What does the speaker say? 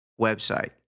website